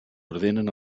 ordenen